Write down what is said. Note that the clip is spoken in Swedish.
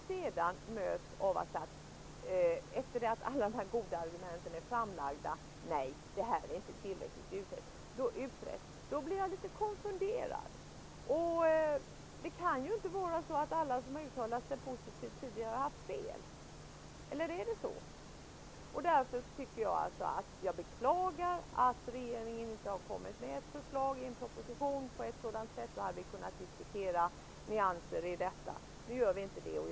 Men när jag sedan, efter att alla goda argument är framlagda, får höra att frågan inte är tillräckligt utredd, blir jag litet konfunderad. Det kan ju inte vara så, att alla som tidigare har uttalat sig positivt har haft fel, eller är det så? Jag beklagar att regeringen inte har kommit med ett sådant förslag i propositionen att vi kan diskutera nyanser. Nu kan vi inte göra det.